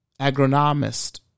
agronomist